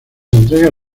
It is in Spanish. entregas